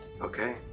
Okay